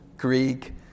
Greek